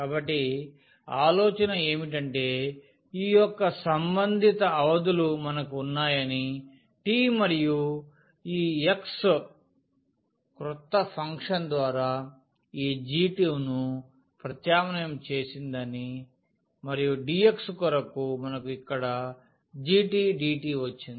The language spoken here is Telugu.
కాబట్టి ఆలోచన ఏమిటంటే ఈ యొక్క సంబంధిత అవధులు మనకు ఉన్నాయని t మరియు ఈ x క్రొత్త ఫంక్షన్ ద్వారా ఈ g ను ప్రతిక్షేపించడం జరిగిందని మరియు dx కొరకు మనకు ఇక్కడ g dt వచ్చింది